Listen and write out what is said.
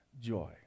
joy